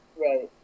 Right